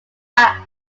act